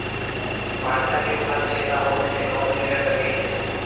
भांटा के फल छेदा होत हे कौन कीरा लगे हे?